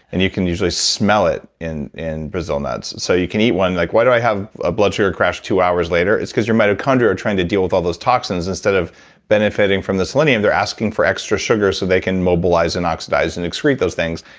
and you can usually smell it in in brazil nuts. so you can eat one and be like why do i have a blood sugar crash two hours later? it's because your mitochondria are trying to deal with all those toxins instead of benefiting from the selenium. they're asking for extra sugar so they can mobilize and oxidize and excrete those things,